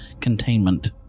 containment